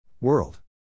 World